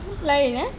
lain eh